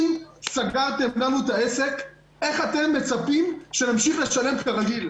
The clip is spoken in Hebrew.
אם סגרתם לנו את העסק איך אתם מצפים שנמשיך לשלם כרגיל?